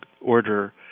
order